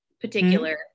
particular